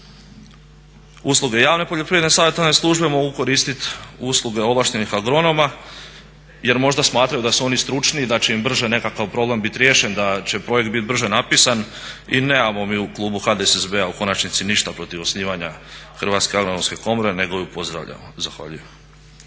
usluge javne poljoprivredne savjetodavne službe mogu koristiti usluge ovlaštenih agronoma jer možda smatraju da su oni stručniji i da će im brže nekakav problem biti riješen, da će projekt biti brže napisan i nemamo mi u klubu HDSSB-a u konačnici ništa protiv osnivanja Hrvatske agronomske komore nego ju pozdravljamo. Zahvaljujem.